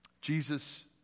Jesus